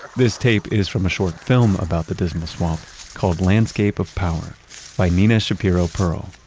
this tape is from a short film about the dismal swamp called, landscape of power by nina shapiro-pearl